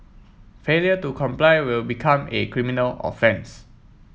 failure to comply will become a criminal offence